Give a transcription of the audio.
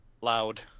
loud